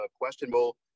questionable